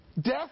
Death